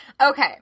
Okay